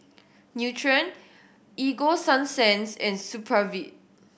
Nutren Ego Sunsense and Supravit